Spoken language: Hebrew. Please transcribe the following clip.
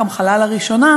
אכרם חלה לראשונה.